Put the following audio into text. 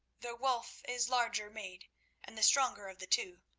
though wulf is larger made and the stronger of the two.